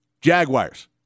Jaguars